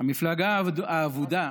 המפלגה האבודה,